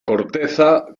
corteza